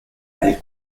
elles